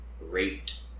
raped